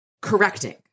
correcting